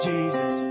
Jesus